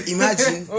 Imagine